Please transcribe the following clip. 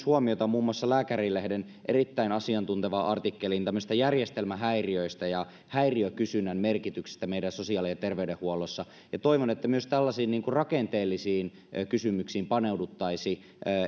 huomiota myös muun muassa lääkärilehden erittäin asiantuntevaan artikkeliin tämmöisistä järjestelmähäiriöistä ja häiriökysynnän merkityksistä meidän sosiaali ja terveydenhuollossamme ja toivon että myös tällaisiin rakenteellisiin kysymyksiin paneuduttaisiin